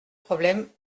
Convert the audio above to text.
problème